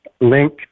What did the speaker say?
link